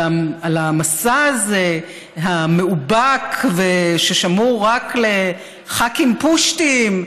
המסע הזה המאובק ששמור רק לח"כים פושטים,